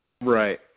Right